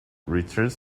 returns